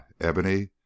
ebony